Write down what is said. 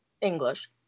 English